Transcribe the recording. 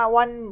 one